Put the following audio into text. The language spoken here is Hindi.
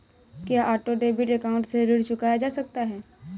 क्या ऑटो डेबिट अकाउंट से ऋण चुकाया जा सकता है?